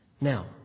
Now